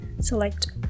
select